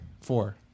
Four